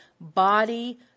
body